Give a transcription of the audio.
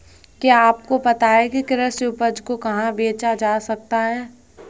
क्या आपको पता है कि कृषि उपज को कहाँ बेचा जा सकता है?